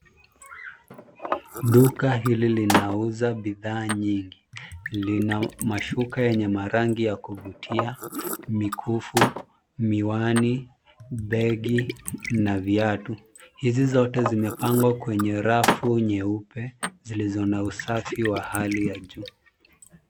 Duka hili linauza bidhaa nyingi. Linamashuka yenye maragi ya kuvutia, mikufu, miwani, bengi na viatu. Hizi zote zimepagwa kwenye rafu nyeupe zilizo na usafi wa hali ya juu.